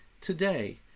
Today